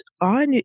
on